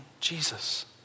Jesus